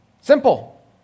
Simple